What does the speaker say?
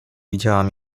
widziałam